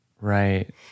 Right